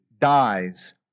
Dies